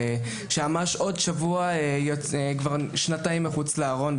שבעוד שבוע כבר נמצא שנתיים מחוץ לארון,